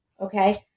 Okay